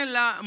la